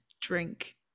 drink